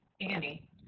Annie